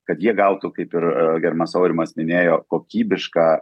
kad jie gautų kaip ir a gerbiamas aurimas minėjo kokybišką